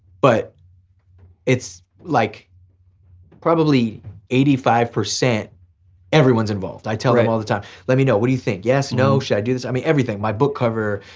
but it's like probably eighty five, everyone's involved. i tell them all the time, let me know what do you think? yes, no, should i do this? i mean everything, my book cover,